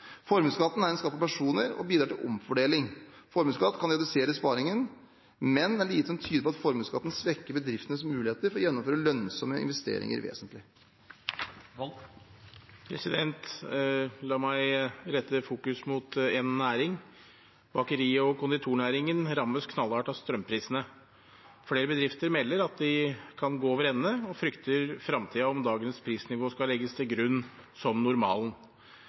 Formuesskatten er en skatt på personer og bidrar til omfordeling. Formuesskatt kan redusere sparingen, men det er lite som tyder på at formuesskatten svekker bedriftenes muligheter for å gjennomføre lønnsomme investeringer vesentlig. La meg rette fokuset mot én næring. Bakeri- og konditornæringen rammes knallhardt av strømprisene. Flere bedrifter melder at de kan gå over ende og frykter for framtiden om dagens prisnivå skal legges til grunn som normalen.